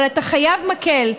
אבל אתה חייב מקל,